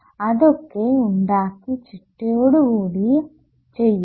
അതൊക്കെ ഉണ്ടാക്കി ചിട്ടയോടുകൂടി ചെയ്യണം